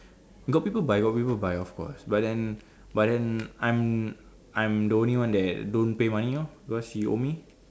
got people buy got people buy of course but then but then I am I am the only one don't pay money lor because she owe me